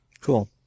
Cool